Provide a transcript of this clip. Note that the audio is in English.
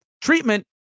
treatment